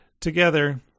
Together